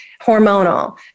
hormonal